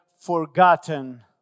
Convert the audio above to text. forgotten